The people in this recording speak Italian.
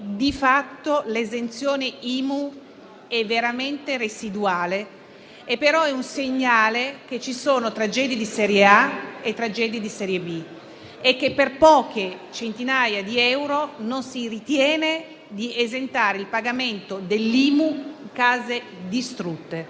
di fatto, l'esenzione IMU sarebbe veramente residuale. È però questo un segnale che ci sono tragedie di serie A e tragedie di serie B e che per poche centinaia di euro non si ritiene di esentare dal pagamento dell'IMU per case distrutte.